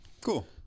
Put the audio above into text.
Cool